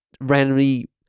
randomly